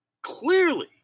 Clearly